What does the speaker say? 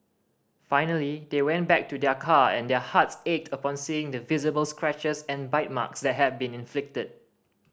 finally they went back to their car and their hearts ached upon seeing the visible scratches and bite marks that had been inflicted